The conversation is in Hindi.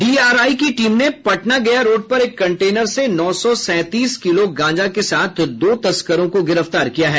डीआरआई की टीम ने पटना गया रोड पर एक कन्टेनर से नौ सौ सैंतीस किलो गांजा के साथ दो तस्करों को गिरफ्तार किया है